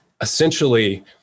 essentially